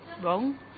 wrong